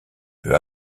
peu